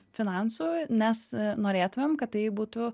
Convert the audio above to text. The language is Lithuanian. finansų nes norėtumėm kad tai būtų